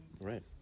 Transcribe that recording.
right